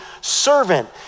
servant